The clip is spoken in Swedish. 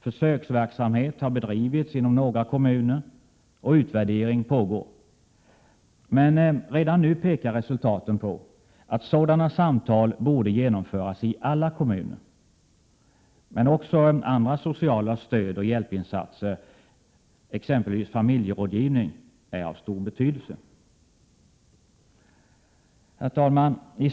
Försöksverksamhet har bedrivits inom några kommuner, och utvärdering pågår. Men redan nu pekar resultaten på att sådana samtal borde genomföras i alla kommuner. Men också andra sociala stödoch hjälpinsatser, exempelvis familjerådgivning, är av stor betydelse. Herr talman!